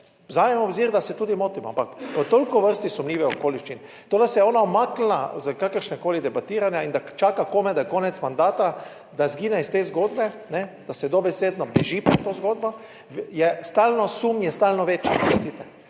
v obzir, da se tudi motimo, ampak je toliko vrst sumljivih okoliščin. To, da se je ona umaknila iz kakršnegakoli debatiranja in da čaka komaj, da je konec mandata, da izgine iz te zgodbe, da se dobesedno beži pred to zgodbo. Je stalno, sum je stalno večji. Oprostite,